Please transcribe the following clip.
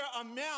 amount